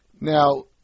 Now